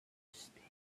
speak